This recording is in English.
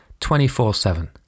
24-7